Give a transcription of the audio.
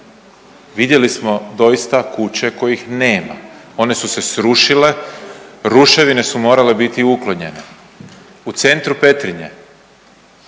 Vidjeli smo doista kuće kojih nema, one su se srušile ruševine su morale biti uklonjene. U centru Petrinje